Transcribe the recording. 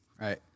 Right